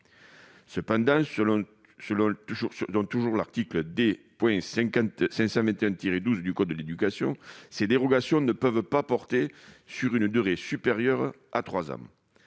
Cependant, selon l'article D. 521-12 du code de l'éducation, ces dérogations ne peuvent pas porter sur une durée supérieure à trois